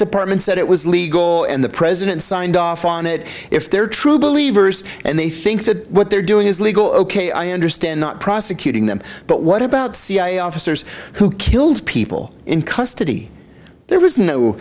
department said it was legal and the president signed off on it if they're true believers and they think that what they're doing is legal ok i understand not prosecuting them but what about cia officers who killed people in custody there was no